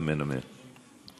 אמן, אמן.